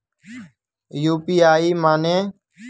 UPI माने?